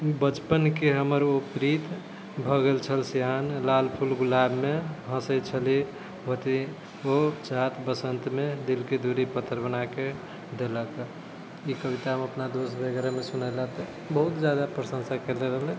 बचपनके हमर ओ प्रीत भऽ गेल छल सयान लाल फूल गुलाबमे हँसै छली अथी ओ छथि वसन्तमे दिलके दूरी पत्र बना देलक ई कविता हम अपना दोस्त वगैरहमे सुनेलापर बहुत ज्यादा प्रशंसा कएले रहलै